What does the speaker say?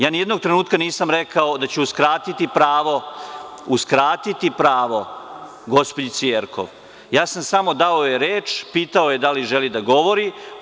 Ja nijednog trenutka nisam rekao da ću uskratiti pravo gospođici Jerkov, ja sam samo dao reč, pitao da li želi da govori.